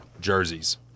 jerseys